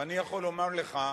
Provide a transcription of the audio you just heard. ואני יכול לומר לך,